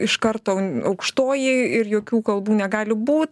iš karto aukštoji ir jokių kalbų negali būt